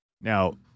Now